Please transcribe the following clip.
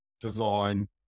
design